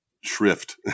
shrift